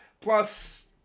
Plus